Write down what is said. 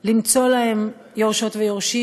למצוא להם יורשות ויורשים,